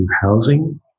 housing